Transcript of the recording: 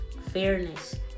Fairness